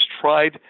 tried